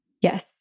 Yes